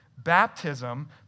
baptism